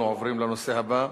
אנחנו עוברים לנושא הבא,